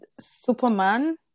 Superman